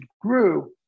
grew